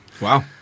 Wow